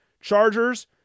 Chargers